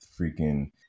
freaking